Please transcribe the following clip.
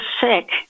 sick